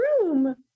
room